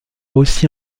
aussi